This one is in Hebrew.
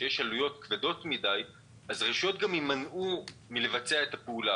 כשיש עלויות כבדות מדי אז רשויות יימנעו מלבצע את הפעולה